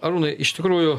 arūnai iš tikrųjų